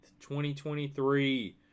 2023